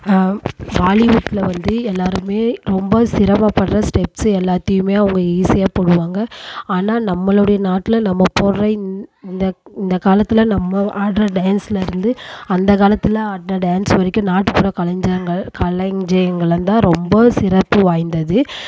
பாலிவுட்டில் வந்து எல்லோருமே ரொம்ப சிரமப்படுற ஸ்டெப்ஸ் எல்லாத்தேயுமே அவங்க ஈஸியாக போடுவாங்க ஆனால் நம்மளுடைய நாட்டில் நம்ம போடுற இந் இந்த இந்த காலத்தில் நம்ம ஆடுற டான்ஸ்லேருந்து அந்த காலத்தில் ஆடுன டான்ஸ் வரைக்கும் நாட்டுப்புற கலைஞர்கள் களஞ்சியங்கலேருந்து தான் ரொம்ப சிறப்பு வாய்ந்தது